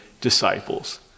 disciples